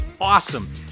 awesome